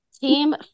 Team